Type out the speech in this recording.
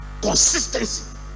Consistency